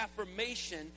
affirmation